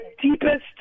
deepest